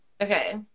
Okay